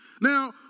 Now